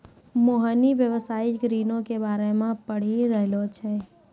मोहिनी व्यवसायिक ऋणो के बारे मे पढ़ि रहलो छै